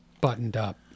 buttoned-up